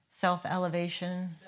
Self-elevation